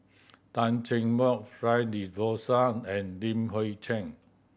Tan Cheng Bock Fred De Souza and Li Hui Cheng